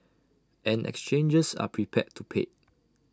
and exchanges are prepared to pay